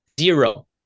Zero